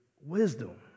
wisdom